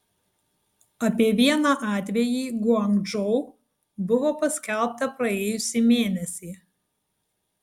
apie vieną atvejį guangdžou buvo paskelbta praėjusį mėnesį